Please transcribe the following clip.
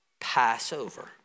Passover